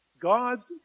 God's